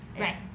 Right